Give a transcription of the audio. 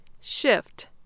Shift